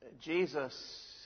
Jesus